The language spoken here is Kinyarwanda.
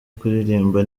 kuririmba